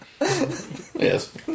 Yes